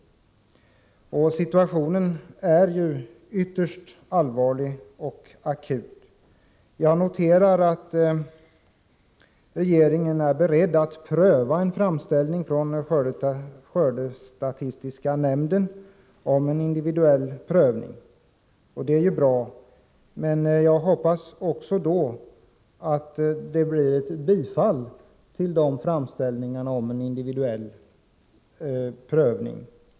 Situationen är ytterst allvarlig och akut. Jag noterar att regeringen är beredd att pröva en framställning från skördestatistiska nämnden om en individuell prövning. Det är bra, men jag hoppas också att det blir bifall till framställningarna vid regeringens prövning.